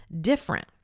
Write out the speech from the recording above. different